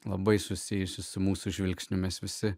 labai susijusi su mūsų žvilgsniu mes visi